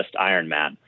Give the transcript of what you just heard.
Ironman